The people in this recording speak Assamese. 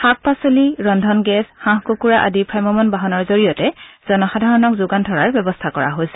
শাক পাচলি ৰন্ধন গেছ হাঁহ কুকুৰা আদি ভাম্যমান বাহনৰ জৰিয়তে জনসাধাৰণক যোগান ধৰাৰ ব্যৱস্থা কৰা হৈছে